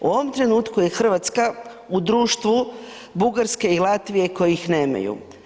U ovom trenutku je Hrvatska u društvu Bugarske i Latvije koji ih nemaju.